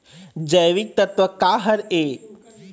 जैविकतत्व का हर ए?